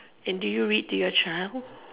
and do you read to your child